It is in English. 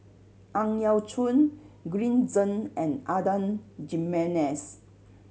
Ang Yau Choon Green Zeng and Adan Jimenez